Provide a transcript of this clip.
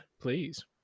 Please